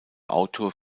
autor